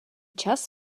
čas